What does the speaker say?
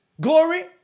glory